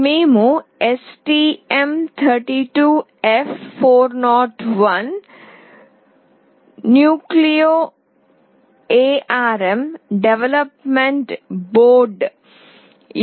మేము STM32F401 Nucleo ARM development board Nucleo ARM Development Board